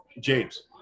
James